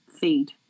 feed